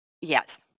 Yes